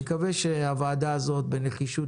אני מקווה שהוועדה הזאת בנחישות,